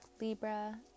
libra